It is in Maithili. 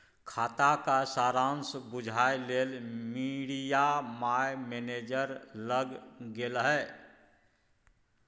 खाताक सारांश बुझय लेल मिरिया माय मैनेजर लग गेलीह